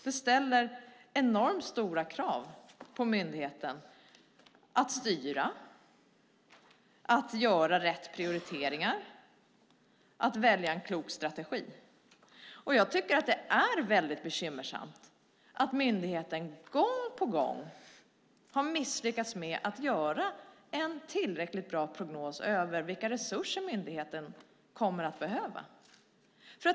Det ställer stora krav på myndigheten att styra, att göra rätt prioriteringar och att välja en klok strategi. Det är bekymmersamt att myndigheten gång på gång har misslyckats att göra en tillräckligt bra prognos över vilka resurser myndigheten kommer att behöva.